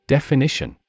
Definition